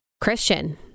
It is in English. Christian